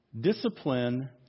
Discipline